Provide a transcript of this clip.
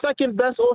second-best